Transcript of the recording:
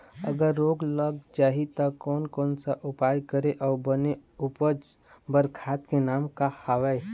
अगर रोग लग जाही ता कोन कौन सा उपाय करें अउ बने उपज बार खाद के नाम का हवे?